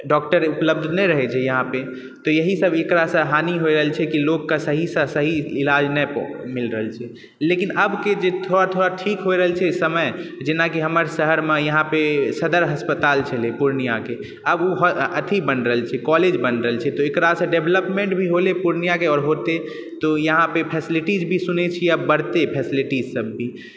doctor उपलब्ध नहि रहै छै यहाँपर तऽ यही सब एकरासँ हानि भए रहल छै कि लोकके सहीसँ सही इलाज नहि मिलि रहल छै लेकिन अबके जे थोड़ा थोड़ा ठीक हो रहल छै समय जेनाकि हमर शहरमे यहाँपर सदर अस्पताल छलै पूर्णियाके आब उ अथी बनि रहल छै कॉलेज बनि रहल छै तऽ ओकरासँ डेवलोपमेन्ट भी होलै पूर्णियाके आओर होतै तो यहाँपर फैसिलिटी भी सुनै छी अब बढ़तै फैसिलिटी सब भी